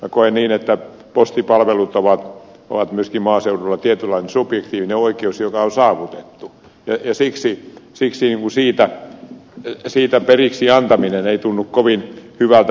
koen niin että postipalvelut ovat myöskin maaseudulla tietynlainen subjektiivinen oikeus joka on saavutettu ja siksi siitä periksi antaminen ei tunnu kovin hyvältä